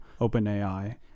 OpenAI